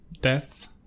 death